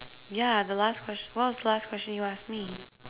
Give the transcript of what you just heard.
yeah the last question what was the last question you asked me